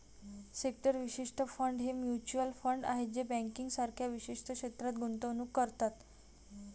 sector विशिष्ट fund हे mutual fund आहेत जे बँकिंग सारख्या विशिष्ट क्षेत्रात गुंतवणूक करतात